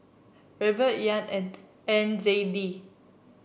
Ruble Yuan and N Z D